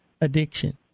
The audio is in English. addiction